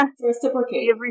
Reciprocate